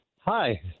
Hi